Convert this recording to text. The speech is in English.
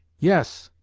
yes,